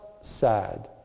sad